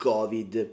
Covid